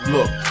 Look